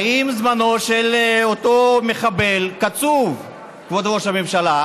האם זמנו של אותו מחבל קצוב, כבוד ראש הממשלה?